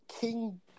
King